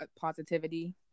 positivity